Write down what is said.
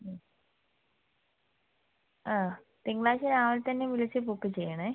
മ് ആ തിങ്കളാഴ്ച രാവിലെ തന്നെ വിളിച്ചു ബുക്ക് ചെയ്യണേ